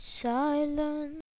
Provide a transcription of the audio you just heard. silence